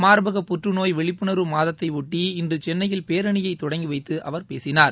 மாா்பக புற்றுநோய் விழிப்புணா்வு மாதத்தையொட்டி இன்று சென்னையில் பேரணியை தொடங்கி வைத்து அவர் பேசினார்